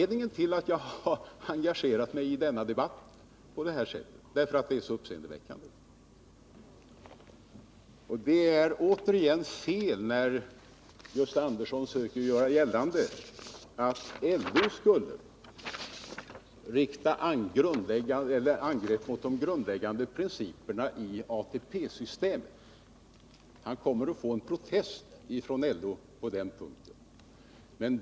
Det är återigen fel när Gösta Andersson söker göra gällande att LO skulle rikta angrepp mot de grundläggande principerna i ATP-systemet. Gösta Andersson kommer att få en protest från LO på den punkten.